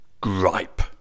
gripe